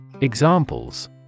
Examples